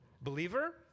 Believer